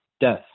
Death